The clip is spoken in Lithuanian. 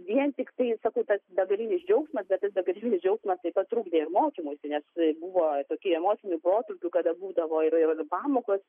vien tiktais tas begalinis džiaugsmas bet tas begalinis džiaugsmas taip pat trukdė ir mokymuisi nes buvo tokių emocinių protrūkių kada būdavo ir ir pamokos